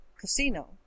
casino